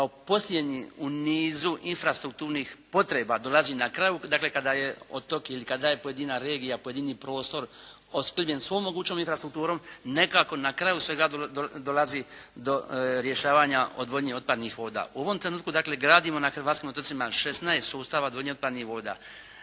kao posljednji u nizu infrastrukturnih potreba dolazi na kraju, dakle kada je otok ili kada je pojedina regija, pojedini prostor … /Govornik se ne razumije./ … svom mogućom infrastrukturom nekako na kraju svega dolazi do rješavanja odvodnje otpadnih voda. U ovom trenutku dakle gradimo na hrvatskim otocima 16 sustava odvodnje otpadnih voda.